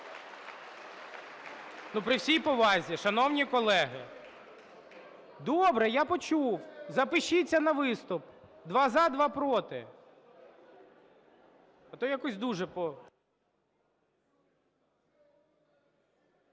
При всій повазі, шановні колеги! Добре! Я почув. Запишіться на виступ: два – за, два – проти.